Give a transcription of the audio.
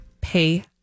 Pay